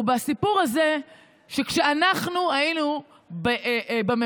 הוא בסיפור הזה שכשאנחנו היינו בממשלה,